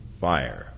fire